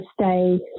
stay